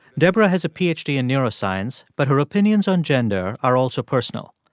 debra has a ph d. in neuroscience, but her opinions on gender are also personal.